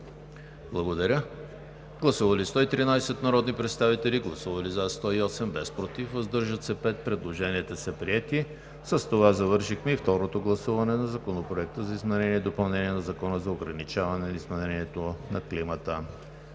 за § 32. Гласували 113 народни представители: за 108, против няма, въздържали се 5. Предложенията са приети. С това завършихме и второто гласуване на Законопроекта за изменение и допълнение на Закона за ограничаване изменението на климата.